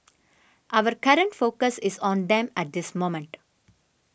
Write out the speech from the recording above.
our current focus is on them at this moment